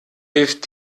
hilft